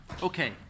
Okay